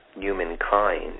humankind